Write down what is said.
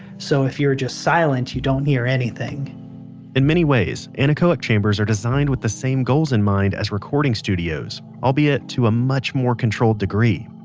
so if you're just silent, you don't hear anything in many ways, anechoic chambers are designed with the same goals in mind as recording studios. albeit to a much more controlled degree.